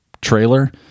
Trailer